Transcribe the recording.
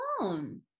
alone